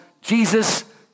Jesus